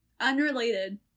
unrelated